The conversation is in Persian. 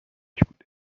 بوده